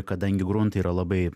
kadangi gruntai yra labai